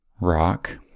rock